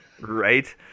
Right